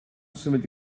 symud